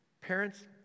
parents